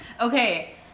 Okay